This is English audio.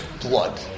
blood